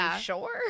sure